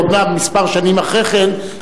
אומנם כמה שנים אחרי כן,